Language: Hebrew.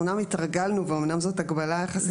אומנם התרגלנו ואומנם זאת הגבלה יחסית קטנה,